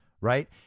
right